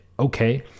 Okay